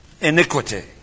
iniquity